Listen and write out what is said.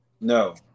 No